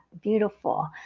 Beautiful